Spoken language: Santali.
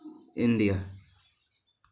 ᱤᱱᱰᱤᱭᱟ